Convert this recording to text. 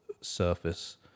surface